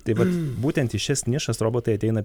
tai vat būtent į šias nišas robotai ateina